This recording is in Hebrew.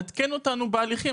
לעדכן אותנו בהליכים,